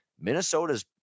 Minnesota's